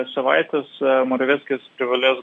savaites moraveckis privalės